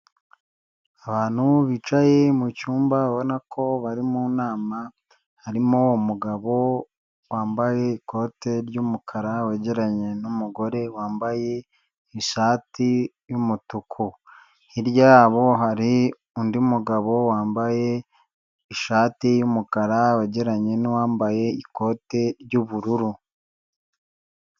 Abantu bicaye mu cyumba ubona ko bari mu nama, harimo umugabo wambaye ikote ry'umukara wegeranya n'umugore, wambaye ishati y'umutuku, hirya yabo hari undi mugabo wambaye ishati y'umukara, wegeye n'uwambaye ikote ry'ubururu.